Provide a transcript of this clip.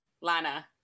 Lana